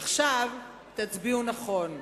עכשיו תצביעו נכון.